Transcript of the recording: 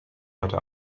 heute